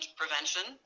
prevention